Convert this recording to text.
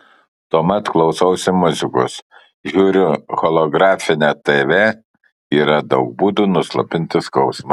tuomet klausausi muzikos žiūriu holografinę tv yra daug būdų nuslopinti skausmą